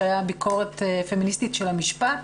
ביקורת פמיניסטית של המשפט,